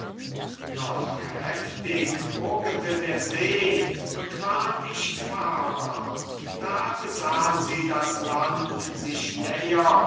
doch heftig wogete der see und war nicht fahrbar da besahen sie das land sich